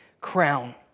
crown